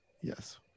Yes